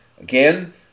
Again